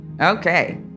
Okay